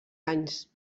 anys